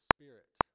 Spirit